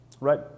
right